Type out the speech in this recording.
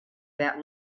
that